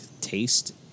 taste